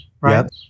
right